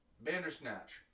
Bandersnatch